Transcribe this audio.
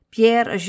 Pierre